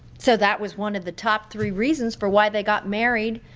so that was one of the top three reasons for why they got married